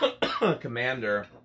Commander